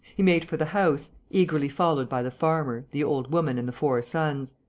he made for the house, eagerly followed by the farmer, the old woman and the four sons.